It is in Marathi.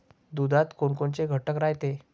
दुधात कोनकोनचे घटक रायते?